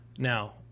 Now